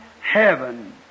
heaven